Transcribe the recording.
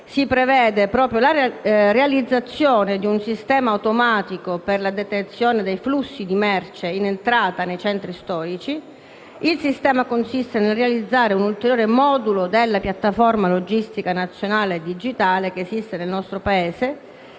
si prevede la realizzazione di un sistema automatico per la detenzione dei flussi di merce in entrata nei centri storici, consistente nel realizzare un ulteriore modulo della piattaforma logistica nazionale digitale esistente nel nostro Paese,